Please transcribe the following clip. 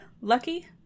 Lucky